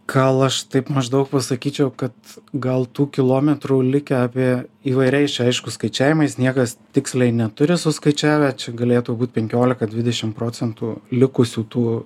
gal aš taip maždaug pasakyčiau kad gal tų kilometrų likę apie įvairiais čia aišku skaičiavimais niekas tiksliai neturi suskaičiavę čia galėtų būt penkiolika dvidešim procentų likusių tų